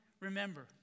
remember